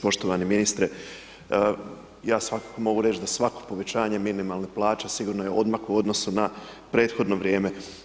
Poštovani ministre, ja svakako mogu reći da svako povećanje minimalne plaće sigurno je odmak u odnosu na prethodno vrijeme.